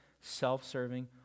self-serving